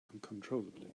uncontrollably